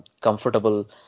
comfortable